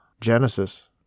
Genesis